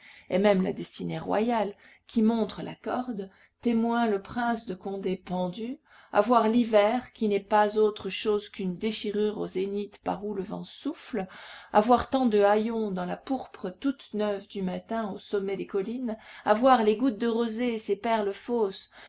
et même la destinée royale qui montre la corde témoin le prince de condé pendu à voir l'hiver qui n'est pas autre chose qu'une déchirure au zénith par où le vent souffle à voir tant de haillons dans la pourpre toute neuve du matin au sommet des collines à voir les gouttes de rosée ces perles fausses